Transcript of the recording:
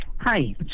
Hi